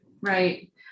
Right